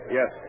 Yes